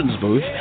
booth